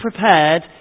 prepared